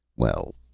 well,